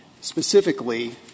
specifically